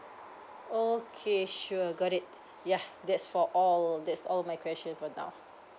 okay sure got it yeah that's for all that's all my question for now